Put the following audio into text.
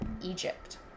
Egypt